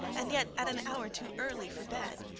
and yet at an hour too early for bed.